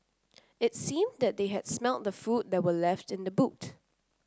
it seemed that they had smelt the food that were left in the boot